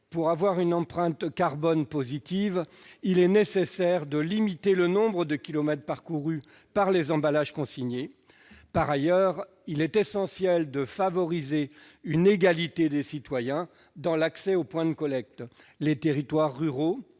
pour avoir une empreinte carbone positive, il est nécessaire de limiter le nombre de kilomètres parcourus par les emballages consignés. Par ailleurs, il est essentiel de favoriser une égalité des citoyens dans l'accès aux points de collecte. Les territoires ruraux,